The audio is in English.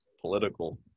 political